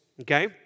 Okay